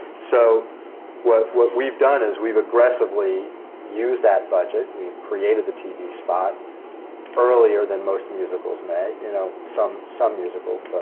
so what what we've done is we've aggressively used that budget. we've created the tv spot earlier than most musicals may. you know, some some musicals,